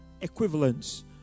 equivalents